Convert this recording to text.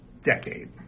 Decade